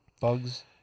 bugs